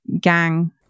gang